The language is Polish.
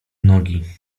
nogi